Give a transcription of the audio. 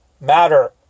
matter